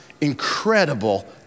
incredible